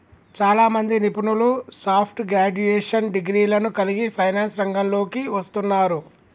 చాలామంది నిపుణులు soft graduation డిగ్రీలను కలిగి ఫైనాన్స్ రంగంలోకి వస్తున్నారు